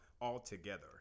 altogether